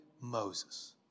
Moses